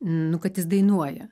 nu kad jis dainuoja